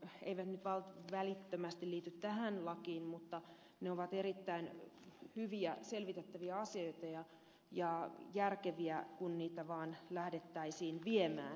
ne eivät välittömästi liity tähän lakiin mutta ne ovat erittäin hyviä selvitettäviä asioita ja järkeviä kun niitä vaan lähdettäisiin viemään